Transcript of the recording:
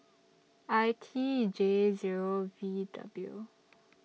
I T J Zero V W